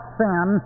sin